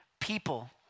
people